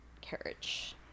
carriage